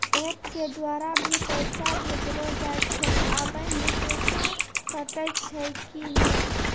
App के द्वारा भी पैसा भेजलो जाय छै आबै मे पैसा कटैय छै कि नैय?